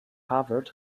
harvard